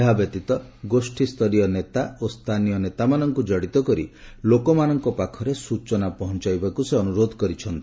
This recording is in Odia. ଏହା ବ୍ୟତୀତ ଗୋଷ୍ଠାସ୍ତରୀୟ ନେତା ଓ ସ୍ଥାନୀୟ ନେତାମାନଙ୍କୁ ଜଡିତ କରି ଲୋକମାନଙ୍କ ପାଖରେ ସୂଚନା ପହଞ୍ଚାଇବାକୁ ସେ ଅନୁରୋଧ କରିଛନ୍ତି